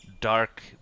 dark